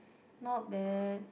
not bad